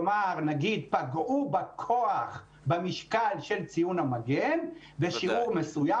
ובעצם פגעו במשקל של ציון המגן בשיעור מסוים